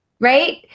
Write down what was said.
Right